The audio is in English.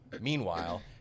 meanwhile